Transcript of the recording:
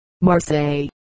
Marseille